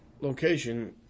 location